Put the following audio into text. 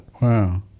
Wow